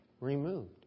removed